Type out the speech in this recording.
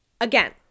Again